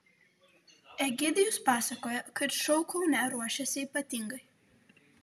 egidijus pasakoja kad šou kaune ruošiasi ypatingai